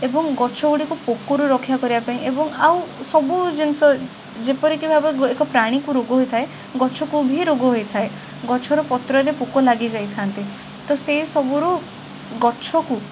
ଏବଂ ଗଛଗୁଡ଼ିକୁ ପୋକରୁ ରକ୍ଷା କରିବା ପାଇଁ ଏବଂ ଆଉ ସବୁ ଜିନିଷ ଯେପରିକି ଭାବେ ଏକ ପ୍ରାଣୀକୁ ରୋଗ ହୋଇଥାଏ ଗଛକୁ ଭି ରୋଗ ହୋଇଥାଏ ଗଛର ପତ୍ରରେ ପୋକ ଲାଗି ଯାଇଥାନ୍ତି ତ ସେଇ ସବୁରୁ ଗଛକୁ